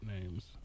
names